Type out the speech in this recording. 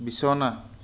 বিছনা